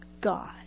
God